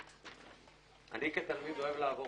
אני כתלמיד אוהב לעבור